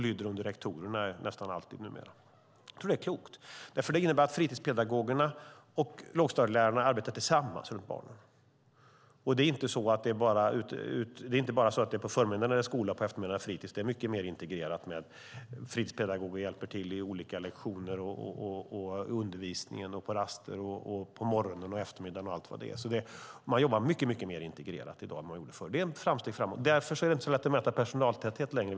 Numera lyder de nästan alltid under rektorerna. Detta innebär att fritidspedagogerna och lågstadielärarna arbetar tillsammans runt barnen. Det är inte så enkelt som att det är skola på förmiddagen och fritis på eftermiddagen. Det är mycket mer integrerat. Fritidspedagoger hjälper till på olika lektioner, i undervisningen och på raster, på morgonen och på eftermiddagen och allt vad det är. Man jobbar mycket mer integrerat i dag än vad man gjorde förr. Det är ett framsteg. Därför är det inte så lätt att mäta personaltäthet längre.